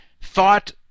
thought